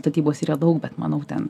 statybos yra daug bet manau ten